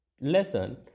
lesson